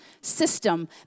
system